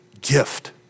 gift